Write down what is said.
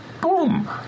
boom